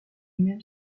même